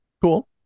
Cool